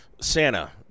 Santa